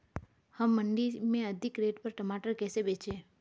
हम मंडी में अधिक रेट पर टमाटर कैसे बेचें?